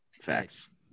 Facts